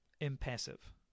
impassive